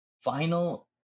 final